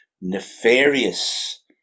nefarious